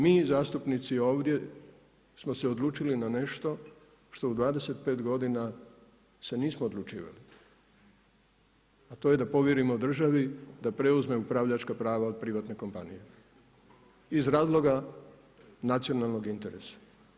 Dakle, mi zastupnici ovdje smo se odlučili na nešto što u 25 godina se nismo odlučivali, a to je da povjerimo državi da preuzme upravljačka prava od privatne kompanije iz razloga nacionalnog interesa.